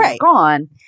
gone